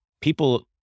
people